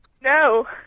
No